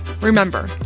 Remember